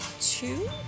Two